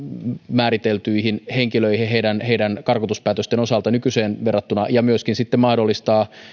määriteltyjen henkilöiden karkotuspäätösten osalta nykyiseen verrattuna ja myöskin mahdollistaa